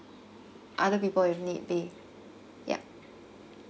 other people if need be yup